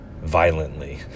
violently